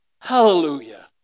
Hallelujah